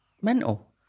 mental